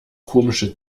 komische